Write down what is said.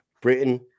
Britain